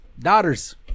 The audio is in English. daughters